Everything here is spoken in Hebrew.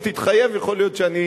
אם תתחייב, יכול להיות שאני